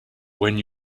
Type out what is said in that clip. when